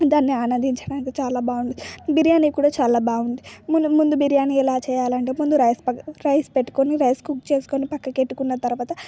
దాన్ని ఆనందించడానికి చాలా బాగుంది బిర్యానీ కూడా చాలా బాగుంది ముందు బిర్యానీ ఎలా చేయాలంటే ముందు రైస్ పక్క రైస్ పెట్టుకొని రైస్ కుక్ చేసుకొని పక్కకు పెట్టుకొన్న తరువాత